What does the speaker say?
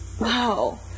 Wow